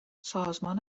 سازمان